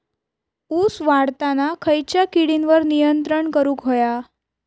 ऊस वाढताना खयच्या किडींवर नियंत्रण करुक व्हया?